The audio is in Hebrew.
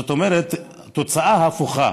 זאת אומרת, תוצאה הפוכה: